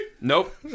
Nope